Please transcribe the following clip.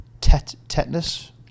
tetanus